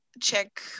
check